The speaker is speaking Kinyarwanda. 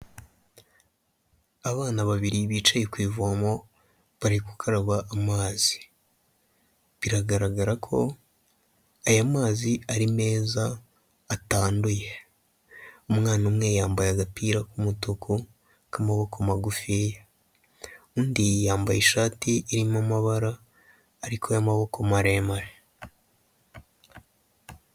Abana babiri bicaye ku ivomo bari gukaraba amazi, biragaragara ko aya mazi ari meza atanduye, umwana umwe yambaye agapira k'umutuku k'amaboko magufiya, undi yambaye ishati irimo amabara ariko y'amaboko maremare.